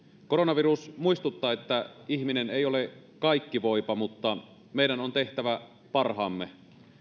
koronavirus muistuttaa että ihminen ei ole kaikkivoipa mutta meidän on tehtävä parhaamme